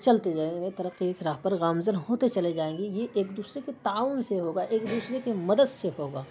چلتے جائیں گے ترقی کی راہ پر غامزن ہوتے چلے جائیں گے یہ ایک دوسرے کے تعاون سے ہوگا ایک دوسرے کے مدد سے ہوگا